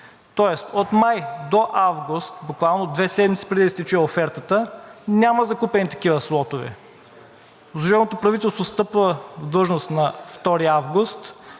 Тоест от май до август, буквално две седмици преди да изтече офертата, няма закупени такива слотове. Служебното правителство встъпва в длъжност на 2 август